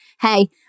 Hey